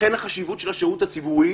לכן החשיבות של השירות הציבורי